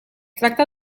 tracta